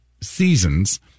seasons